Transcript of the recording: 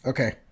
Okay